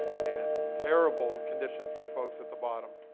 and terrible conditions for folks at the bottom.